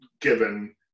given